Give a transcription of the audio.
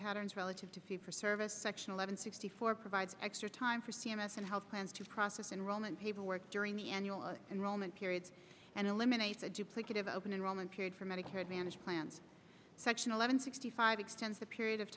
patterns relative to fee for service section eleven sixty four provides extra time for c m s and health plans to process enrollment paperwork during the annual enrollment period and eliminate duplicative open enrollment period for medicare advantage plans section eleven sixty five extends the period of